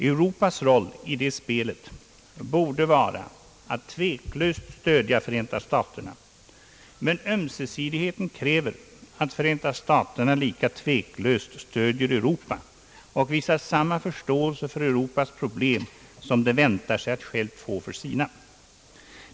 Europas roll i det spelet borde vara att tveklöst stödja Förenta staterna. Men ömsesidigheten kräver att Förenta staterna lika tveklöst stödjer Europa och visar samma förståelse för Europas problem, som det väntar sig att själva få för sina.